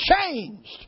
changed